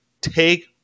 Take